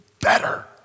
better